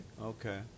Okay